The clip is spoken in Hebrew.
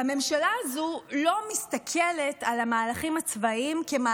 הממשלה הזו לא מסתכלת על המהלכים הצבאיים כעל